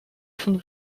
von